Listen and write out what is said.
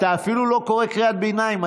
אתה אפילו לא קורא קריאת ביניים,